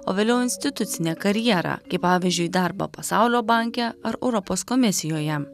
o vėliau institucinę karjerą kaip pavyzdžiui darbą pasaulio banke ar europos komisijoje